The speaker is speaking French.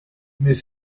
mais